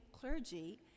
clergy